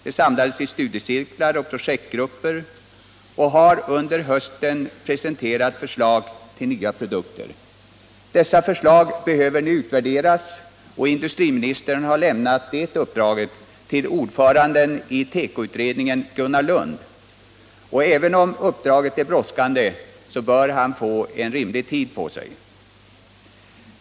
De samlades i studiecirklar och projektgrupper och har under hösten presenterat förslag till nya produkter. Dessa förslag behöver nu utvärderas, och industriministern har lämnat det uppdraget till ordföranden i tekoutredningen Gunnar Lund, och även om uppdraget är brådskande bör han få rimlig tid på sig.